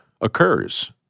occurs